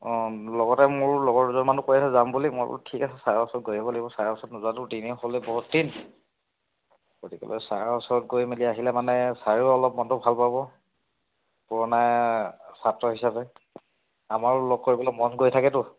অঁ লগতে মোৰ লগৰ দুজনমানো কৈ আছে যাম বুলি মই বোলো ঠিক আছে ছাৰৰ ওচৰত গৈ আহিব লাগিব ছাৰৰ ওচৰত নোযোৱাতো দিনেই হ'লে বহুত দিন গতিকেলৈ ছাৰৰ ওচৰত গৈ মেলি আহিলে মানে ছাৰেও অলপ মনটো ভাল পাব পুৰণা ছাত্ৰ হিচাপে আমাৰো লগ কৰিবলৈ মন গৈ থাকেতো